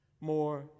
more